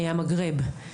המגרב,